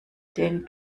den